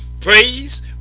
praise